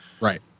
right